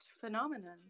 phenomenon